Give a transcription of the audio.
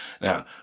Now